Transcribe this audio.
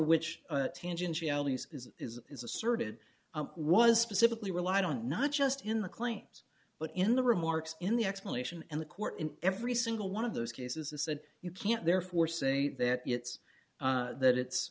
which tangent realities is is is asserted was specifically relied on not just in the claims but in the remarks in the explanation and the court in every single one of those cases is said you can't therefore say that it's that it's